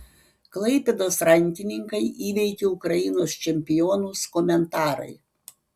klaipėdos rankininkai įveikė ukrainos čempionus komentarai